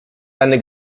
deine